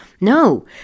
No